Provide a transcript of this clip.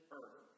earth